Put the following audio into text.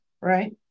right